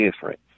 different